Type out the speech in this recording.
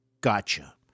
Gotcha